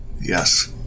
Yes